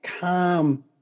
calm